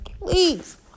Please